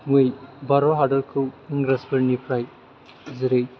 भारत हादरखौ इंराजफोरनिफ्राय जेरै